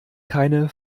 keine